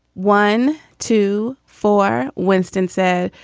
one, two, four. winston said,